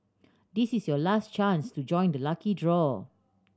this is your last chance to join the lucky draw